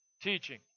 teaching